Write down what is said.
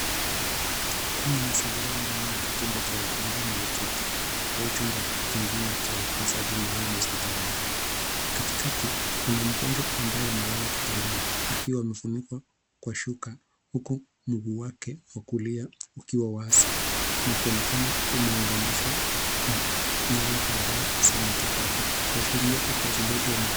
Hii ni mazingira ndani ya kitengo cha wagonjwa mahututi au chumba kingine cha utunzaji maalum hospitalini. Katikati kuna mgonjwa ambaye amelala kitandani akiwa amefunikwa kwa shuka huku mguu wake wa kulia ukiwa wazi na kuonekana umeunganishwa na nyaya kadhaa za matibabu kuashiria ufuatiliaji wa matibabu.